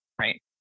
right